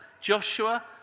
Joshua